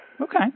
Okay